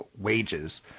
wages